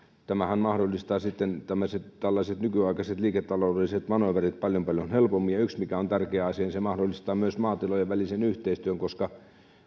tämähän mahdollistaa sitten tällaiset tällaiset nykyaikaiset liiketaloudelliset manööverit paljon paljon helpommin yksi mikä on tärkeä asia on se että se mahdollistaa myös maatilojen välisen yhteistyön koska